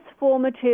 transformative